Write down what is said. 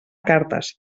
cartes